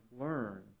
learn